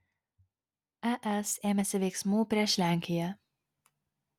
es ėmėsi veiksmų prieš lenkiją